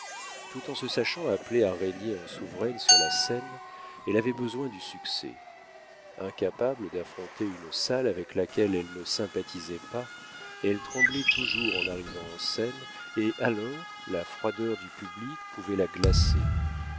tout en se sachant appelée à régner en souveraine sur la scène elle avait besoin du succès incapable d'affronter une salle avec laquelle elle ne sympathisait pas elle tremblait toujours en arrivant en scène et alors la froideur du public pouvait la glacer